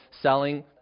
selling